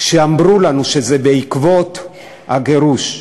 כשאמרו לנו שזה בעקבות הגירוש,